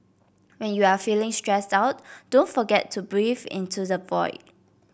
when you are feeling stressed out don't forget to breathe into the void